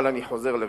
אבל אני חוזר לראשית.